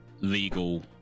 legal